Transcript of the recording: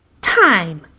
Time